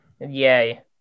Yay